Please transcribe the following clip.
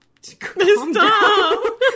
Stop